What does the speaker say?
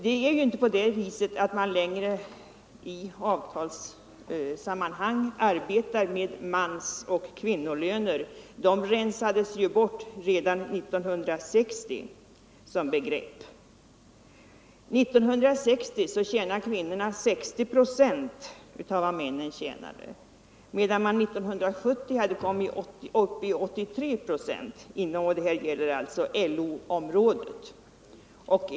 Det är ju inte längre så att man i avtalssammanhang arbetar med mansoch kvinnolöner. De rensades ju bort som begrepp redan 1960. År 1960 förtjänade kvinnorna 60 procent av vad männen förtjänade. 67 1970 hade kvinnorna kommit upp till 83 procent av männens löner. Siffrorna gäller LO-området.